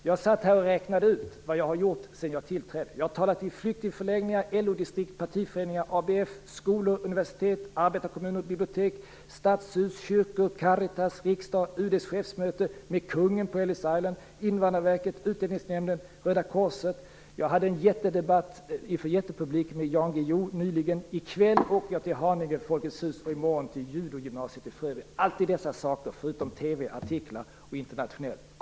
Jag satt här och räknade ut vad jag har gjort sedan jag tillträdde. Jag har talat för flyktingförläggningar, LO-distrikt, partiföreningar, ABF, skolor, universitet, arbetarkommuner, bibliotek, stadshus, kyrkor, Caritas, riksdag, UD:s chefmöte, kungen på Ellis Island, Invandrarverket, Utlänningsnämnden, Röda korset. Jag deltog i en jättedebatt med jättepublik tillsammans med Jan Guillou nyligen. I kväll åker jag till Haninge Folkets hus och i morgon till judogymnasiet i Frövi. Jag har alltid dessa saker - dessutom TV, artiklar och internationellt arbete.